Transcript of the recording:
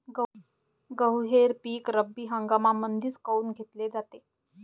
गहू हे पिक रब्बी हंगामामंदीच काऊन घेतले जाते?